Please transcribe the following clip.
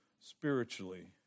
spiritually